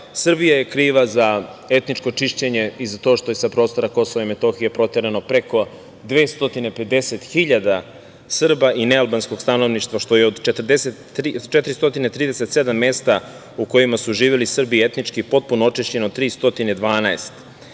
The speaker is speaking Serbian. Srbija je kriva za etničko čišćenje i za to što je sa prostora KiM proterano preko 250 hiljada Srba i nealbanskog stanovništva što je od 437 mesta u kojima su živeli Srbi etnički potpuno očišćeno 312.